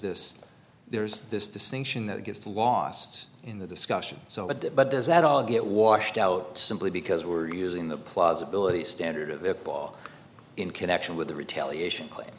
this there's this distinction that gets lost in the discussion so it did but does that all get watched out simply because we're using the plausibility standard of the law in connection with the retaliation cl